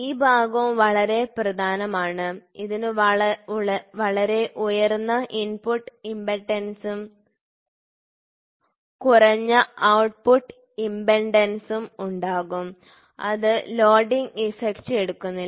ഈ ഭാഗവും വളരെ പ്രധാനമാണ് ഇതിന് വളരെ ഉയർന്ന ഇൻപുട്ട് ഇംപെഡൻസും കുറഞ്ഞ ഔട്ട്പുട്ട് ഇംപെഡൻസും ഉണ്ടാകും അത് ലോഡിംഗ് ഇഫക്റ്റ് എടുക്കുന്നില്ല